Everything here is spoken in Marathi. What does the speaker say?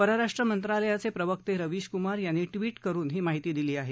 परराष्ट्र मंत्रालयाचे प्रवक्ते रवीश कुमार यांनी ट्वीट करून ही माहिती दिली आहे